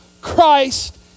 Christ